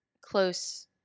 close